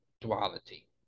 duality